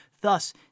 thus